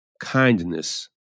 Kindness